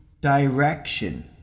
direction